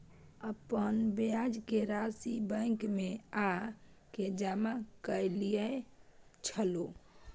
अपन ब्याज के राशि बैंक में आ के जमा कैलियै छलौं?